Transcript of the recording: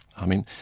i mean,